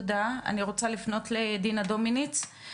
אני רוצה לפנות לדינה דומיניץ,